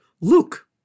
Luke